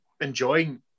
enjoying